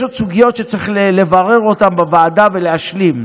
יש עוד סוגיות שצריך לברר אותן בוועדה ולהשלים,